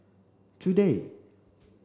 today